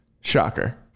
shocker